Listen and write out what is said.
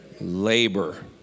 labor